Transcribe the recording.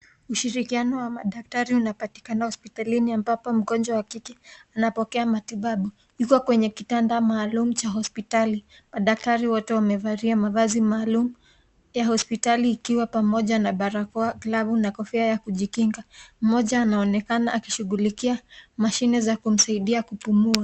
Ushirikiano wa madaktari unalatikana hospitalini ambapo mgonjwa wa kike anapokea matibabu ,Yuko kwenye kitanda maalum cha hospitali . Madaktari wote wamevalia mavazi maalum ya hospitali ikiwa pamoja na barakoa , glavu na kofia ya kujikinga . Mmoja anaonekana akishughulikia mashine za kumsaidia kupumua.